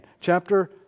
Chapter